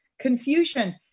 confusion